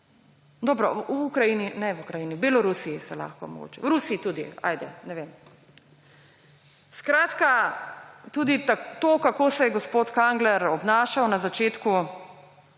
Dobro, v Ukrajini, ne v Ukrajini, v Belorusiji se lahko mogoče, v Rusiji tudi, ne vem. Skratka, tudi to, kako se je gospod Kangler obnašal na začetku,